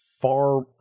far